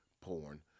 porn